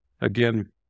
again